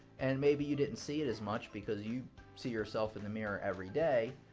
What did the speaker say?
and maybe you didn't see it as much because you see yourself in the mirror everyday.